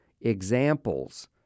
examples